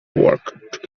work